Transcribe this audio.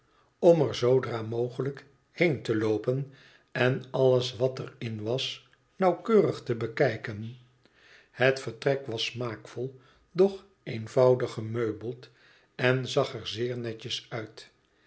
om er zoodra mogelijk heen te loopen en alles wat er in was nauwkeurig te bekijken het vertrek was smaakvol doch eenvoudig gemeubeld en zag er zeer netjes uit